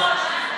אדוני היושב-ראש,